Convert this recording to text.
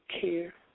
care